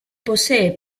posee